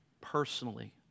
personally